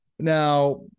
now